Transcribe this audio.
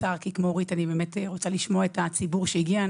כדי להספיק לשמוע את הציבור שהגיע,